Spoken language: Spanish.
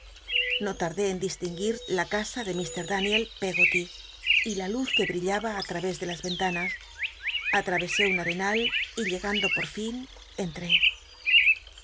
no tardé en distingui r la casa de ift d tnicl pcggoly y la luz que brillaba ü tral'és de la l'entanas atral'csé un arenal y llega udo por fin entré